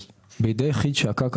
המיועדות לשמש למגורים בידי יחיד שהקרקע